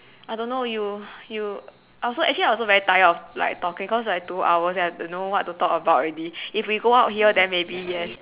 I don't know you you I also actually I also very tired of like talking cause like two hours then I also don't know what to talk about already if we go out here than maybe yes